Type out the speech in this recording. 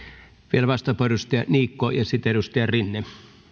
vielä vastauspuheenvuoro edustaja niikko ja sitten edustaja rinne